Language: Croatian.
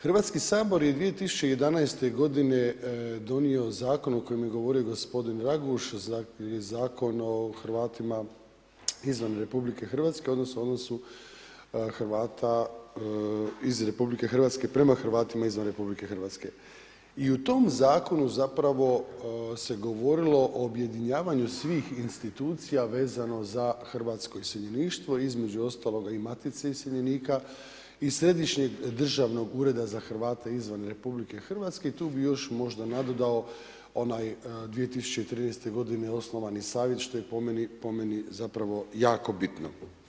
Hrvatski sabor je 2011. godine donio zakon o kojem je govorio gospodin RAguž, Zakon o Hrvatima izvan RH odnosno u odnosu Hrvata iz RH prema Hrvatima izvan RH i u tom zakonu se govorilo o objedinjavanju svih institucija vezano za hrvatsko iseljeništvo, između ostaloga i Matice iseljenika i Središnjeg državnog ureda za Hrvate izvan RH i tu bi još možda nadodao onaj 2013. godine osnovani savjet što je po meni jako bitno.